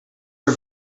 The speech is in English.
are